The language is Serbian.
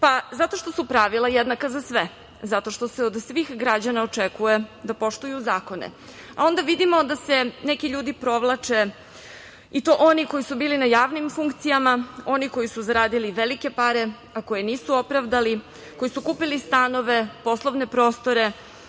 Zato što su pravila jednaka za sve, zato što se od svih građana očekuje da poštuju zakone, a onda vidimo da se neki ljudi provlače i to oni koji su bili na javnim funkcijama, oni koji su zaradili velike pare, a koje nisu opravdali, koji su kupili stanove, poslovne prostore